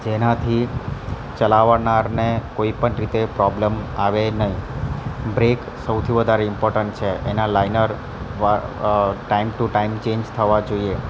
જેનાથી ચલાવનારને કોઈ પણ રીતે પ્રોબ્લ્મ આવે નહીં બ્રેક સૌથી વધારે ઇમ્પોર્ટન્ટ છે એના લાઇનર વા ટાઈમ ટુ ટાઈમ ચેન્જ થવા જોઈએ